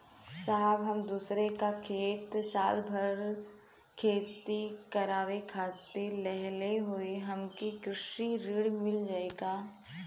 साहब हम दूसरे क खेत साल भर खेती करावे खातिर लेहले हई हमके कृषि ऋण मिल जाई का?